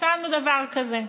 מצאנו דבר כזה,